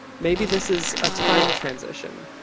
maybe this is a time transition.